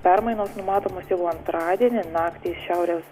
permainos numatomos jau antradienį naktį iš šiaurės